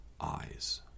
eyes